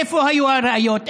איפה היו הראיות?